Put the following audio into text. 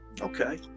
okay